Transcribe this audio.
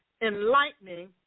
enlightening